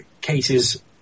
cases